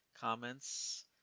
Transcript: comments